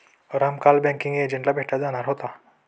राम काल बँकिंग एजंटला भेटायला जाणार होता